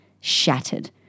Shattered